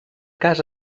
cas